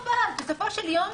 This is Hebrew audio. בסופו של יום,